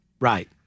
Right